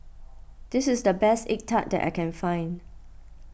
this is the best Egg Tart that I can find